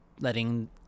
letting